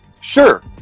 Sure